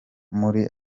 muri